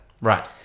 Right